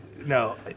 No